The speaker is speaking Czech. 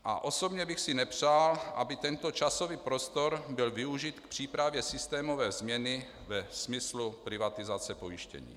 A osobně bych si nepřál, aby tento časový prostor byl využit k přípravě systémové změny ve smyslu privatizace pojištění.